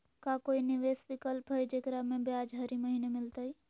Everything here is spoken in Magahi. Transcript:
का कोई निवेस विकल्प हई, जेकरा में ब्याज हरी महीने मिलतई?